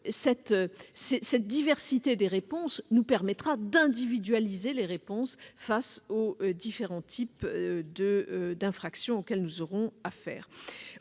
Cette diversité nous permettra d'individualiser les réponses face aux différents types d'infractions auxquelles nous aurons affaire.